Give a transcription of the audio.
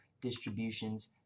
distributions